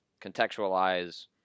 contextualize